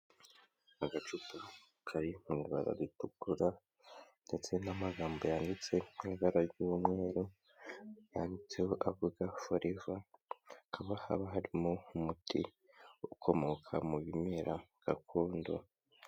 Agacupa kari mu ibara ritukura ndetse n'amagambo yanditse mu ibara ry'umweru yanditseho avuga Foreva, hakaba haba harimo umuti ukomoka mu bimera gakondo.